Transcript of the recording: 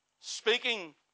Speaking